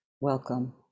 welcome